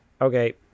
okay